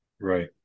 Right